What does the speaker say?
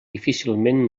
difícilment